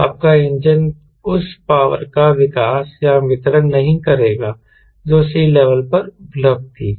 तो आपका इंजन उस पावर का विकास या वितरण नहीं करेगा जो सी लेवल पर उपलब्ध थी